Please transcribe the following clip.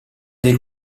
del